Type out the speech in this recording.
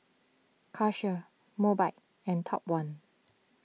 Karcher Mobike and Top one